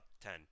Ten